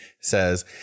says